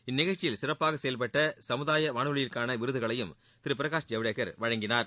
இந்நிகழ்ச்சியில் சிறப்பாக செயல்பட்ட சமுதாய வானொலிகளுக்கான விருதுகளையும் திரு பிரகாஷ் ஜவ்டேகர் வழங்கினார்